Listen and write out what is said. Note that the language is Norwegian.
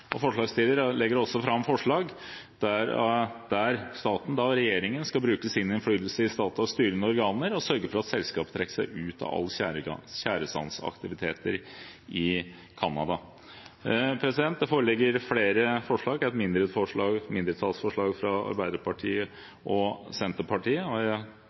Canada. Forslagsstilleren legger også fram forslag der staten og regjeringen skal bruke sin innflytelse i Statoils styrende organer og sørge for at selskapet trekker seg ut av all tjæresandaktivitet i Canada. Det foreligger flere forslag, bl.a. et mindretallsforslag fra Arbeiderpartiet og Senterpartiet. Jeg forutsetter også at de vil redegjøre for sitt forslag, og